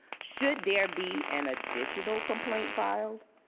should there be an additional complaint filed?